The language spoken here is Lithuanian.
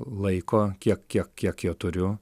laiko kiek kiek kiek jo turiu